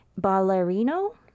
ballerino